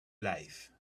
life